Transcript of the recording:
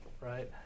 right